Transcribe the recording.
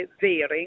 varying